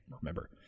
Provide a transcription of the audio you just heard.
remember